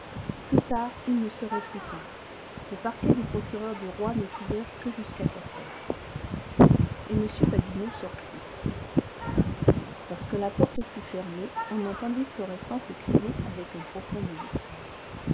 plus tard il ne serait plus temps le parquet du procureur du roi n'est ouvert que jusqu'à quatre heures et m badinot sortit lorsque la porte fut fermée on entendit florestan s'écrier avec un profond désespoir